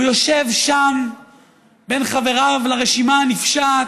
הוא יושב שם בין חבריו לרשימה הנפשעת,